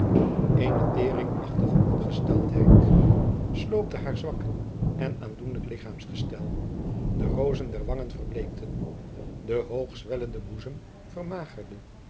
eene teeringachtige ongesteldheid sloopte haar zwak en aandoenlijk lichaamsgestel de rozen der wangen verbleekten de hoogzwellende boezem